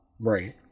right